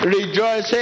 Rejoice